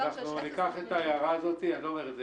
אנחנו ניקח את ההערה הזאת אני לא אומר את זה